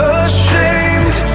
ashamed